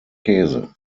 käse